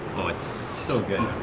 it's so good.